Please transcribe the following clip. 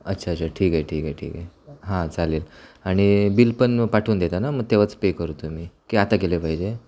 अच्छा अच्छा ठीक आहे ठीक आहे ठीक आहे हां चालेल आणि बिल पण पाठवून देता ना मग तेव्हाच पे करतो मी की आता केलं पाहिजे